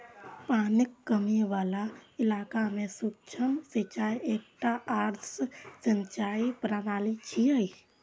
पानिक कमी बला इलाका मे सूक्ष्म सिंचाई एकटा आदर्श सिंचाइ प्रणाली छियै